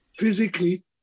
physically